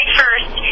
first